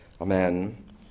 Amen